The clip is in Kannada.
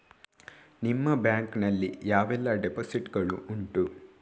ನಿಮ್ಮ ಬ್ಯಾಂಕ್ ನಲ್ಲಿ ಯಾವೆಲ್ಲ ಡೆಪೋಸಿಟ್ ಗಳು ಉಂಟು?